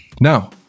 Now